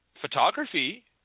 photography